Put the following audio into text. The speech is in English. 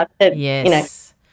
Yes